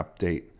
update